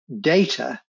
data